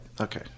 okay